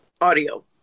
audio